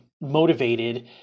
motivated